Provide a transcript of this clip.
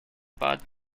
bad